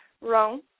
Rome